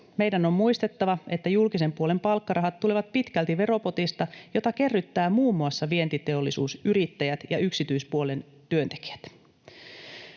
Meidän on muistettava, että julkisen puolen palkkarahat tulevat pitkälti veropotista, jota kerryttävät muun muassa vientiteollisuusyrittäjät ja yksityispuolen työntekijät.